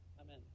amen